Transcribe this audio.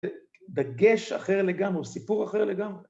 ‫דגש אחר לגמרי, סיפור אחר לגמרי.